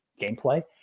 gameplay